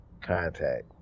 contact